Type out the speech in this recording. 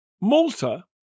Malta